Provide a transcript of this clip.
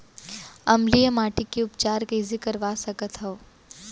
अम्लीय माटी के उपचार कइसे करवा सकत हव?